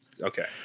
Okay